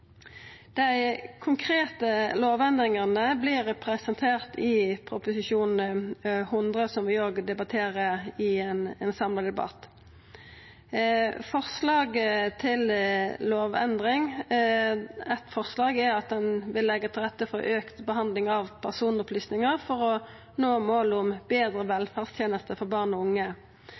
Dei konkrete lovendringane vert presenterte i Prop. 100 L for 2020–2021, som vi òg debatterer i dag i denne samledebatten. Eit forslag til lovendring er at ein vil leggja til rette for auka behandling av personopplysningar for å nå måla om betre velferdstenester for barn og unge.